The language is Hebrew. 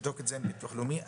תבדוק את זה עם הביטוח הלאומי.